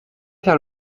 faire